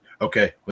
Okay